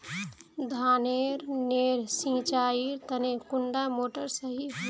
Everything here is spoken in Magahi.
धानेर नेर सिंचाईर तने कुंडा मोटर सही होबे?